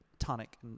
tonic